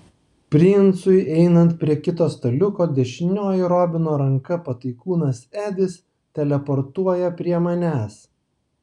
princui einant prie kito staliuko dešinioji robino ranka pataikūnas edis teleportuoja prie manęs